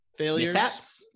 Failures